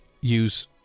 use